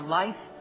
life